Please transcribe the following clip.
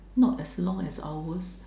not as long as ours